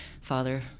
father